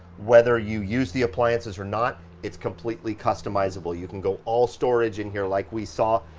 whether you use the appliances or not, it's completely customizable. you can go all-storage in here like we saw.